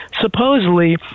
supposedly